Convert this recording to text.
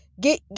get